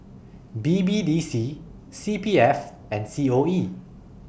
B B D C C P F and C O E